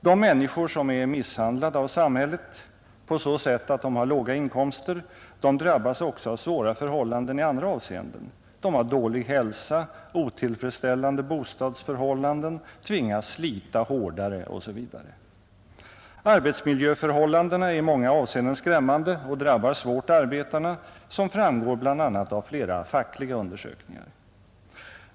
De människor som är misshandlade av samhället på så sätt att de har låga inkomster drabbas också av svåra förhållanden i andra avseenden: de har dålig hälsa, otillfredsställande bostadsförhållanden, tvingas slita hårdare osv. Arbetsmiljöförhållandena är i många avseenden skrämmande och drabbar svårt arbetarna, såsom framgår bl.a. av flera fackliga undersökningar.